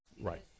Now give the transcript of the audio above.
right